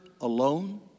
alone